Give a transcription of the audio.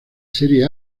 serie